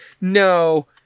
no